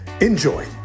enjoy